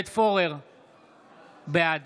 בעד